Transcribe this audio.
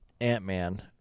Ant-Man